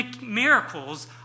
miracles